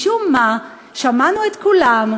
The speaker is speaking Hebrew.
משום מה שמענו את כולם,